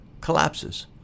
collapses